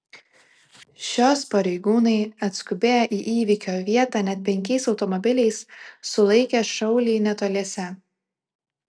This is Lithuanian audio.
šios pareigūnai atskubėję į įvykio vietą net penkiais automobiliais sulaikė šaulį netoliese